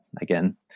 Again